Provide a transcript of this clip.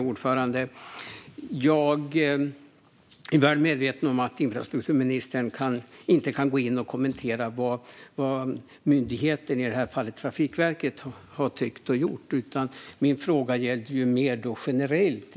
Fru talman! Jag är väl medveten om att infrastrukturministern inte kan gå in och kommentera vad myndigheten, i det här fallet Trafikverket, har tyckt och gjort. Min fråga gällde mer generellt.